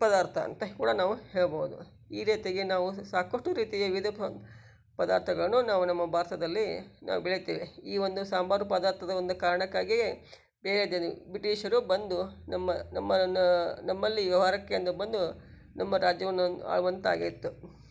ಪದಾರ್ಥ ಅಂತ ಕೂಡ ನಾವು ಹೇಳ್ಬೋದು ಈ ರೀತಿಗೆ ನಾವು ಸಾಕಷ್ಟು ರೀತಿಯ ವಿವಿಧ ಪದಾರ್ಥಗಳನ್ನು ನಾವು ನಮ್ಮ ಭಾರತದಲ್ಲಿ ನಾವು ಬೆಳೀತೇವೆ ಈ ಒಂದು ಸಂಬಾರ ಪದಾರ್ಥದ ಒಂದು ಕಾರಣಕ್ಕಾಗಿಯೇ ಬೇರೆ ಜನ ಬ್ರಿಟೀಷರು ಬಂದು ನಮ್ಮ ನಮ್ಮನ್ನ ನಮ್ಮಲ್ಲಿ ವ್ಯವಹಾರಕ್ಕೆಂದು ಬಂದು ನಮ್ಮ ರಾಜ್ಯವನ್ನು ಆಳುವಂತಾಗಿತ್ತು